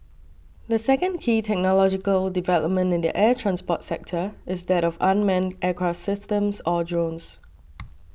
the second key technological development in the air transport sector is that of unmanned aircraft systems or drones